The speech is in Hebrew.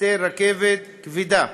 ופרויקטים של רכבת כבדה